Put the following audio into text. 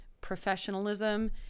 professionalism